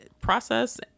process